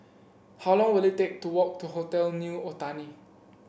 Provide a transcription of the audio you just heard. how long will it take to walk to Hotel New Otani